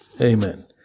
amen